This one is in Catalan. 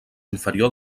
inferior